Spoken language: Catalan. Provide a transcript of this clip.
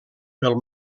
pel